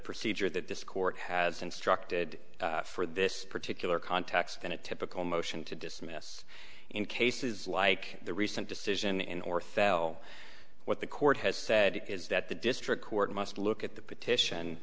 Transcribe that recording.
procedure that this court has instructed for this particular context than a typical motion to dismiss in cases like the recent decision in or thel what the court has said is that the district court must look at the petition